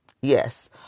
Yes